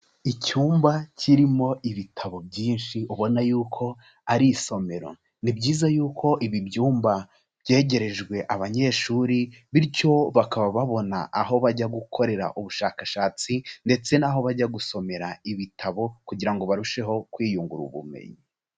Icyumba kirimo ibitabo byinshi ubona yuko ari isomero, ni byiza yuko ibi byumba byegerejwe abanyeshuri bityo bakaba babona aho bajya gukorera ubushakashatsi ndetse n'aho bajya gusomera ibitabo kugira ngo barusheho kwiyungura ubumenyi.